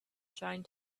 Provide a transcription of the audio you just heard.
trying